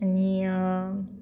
आनी